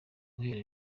guhera